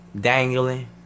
dangling